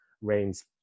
Rain's